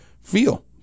feel